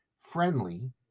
friendly